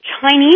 Chinese